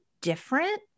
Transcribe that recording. different